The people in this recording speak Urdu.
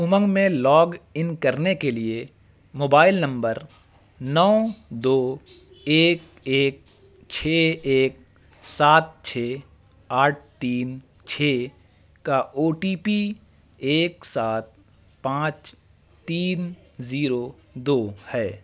امنگ میں لاگ ان کرنے کے لیے موبائل نمبر نو دو ایک ایک چھ ایک سات چھ آٹھ تین چھ کا او ٹی پی ایک سات پانچ تین زیرو دو ہے